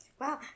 Wow